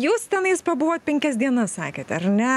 jūs tenais pabuvot penkias dienas sakėt ar ne